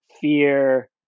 fear